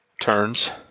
turns